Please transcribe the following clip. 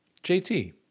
JT